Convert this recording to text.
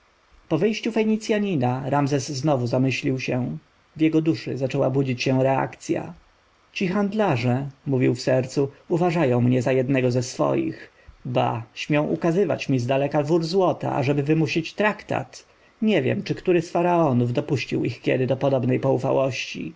po wyjściu fenicjanina ramzes znowu zamyślił się w jego duszy zaczęła budzić się reakcja ci handlarze mówił w sercu uważają mnie za jednego ze swoich ba śmią ukazywać mi zdaleka wór złota aby wymusić traktat nie wiem czy który z faraonów dopuścił ich kiedy do podobnej